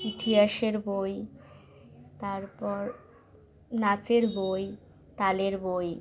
ইতিহাসের বই তারপর নাচের বই তালের বই